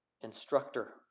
instructor